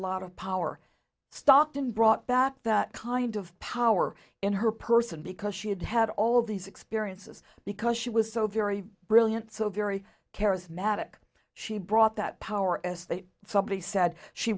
lot of power stockton brought back that kind of power in her person because she had had all these experiences because she was so very brilliant so very charismatic she brought that power as they somebody said she